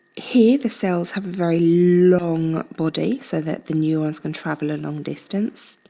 here the cells have a very long body so that the neurons can travel a long distance.